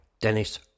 Dennis